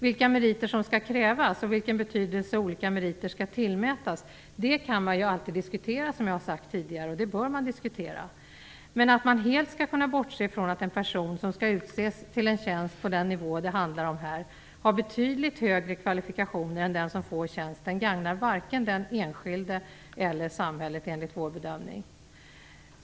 Vilka meriter som skall krävas och vilken betydelse olika meriter skall tillmätas kan, som jag sade tidigare, diskuteras. Det bör också diskuteras. Men att man helt skall kunna bortse från att en person som skall utses till en tjänst på den nivå handlar om här har betydligt högre kvalifikationer än den som får tjänsten gagnar varken den enskilde eller samhället.